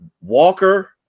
Walker